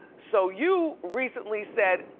so you recently said,